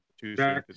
Tuesday